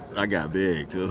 i got big, too.